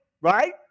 right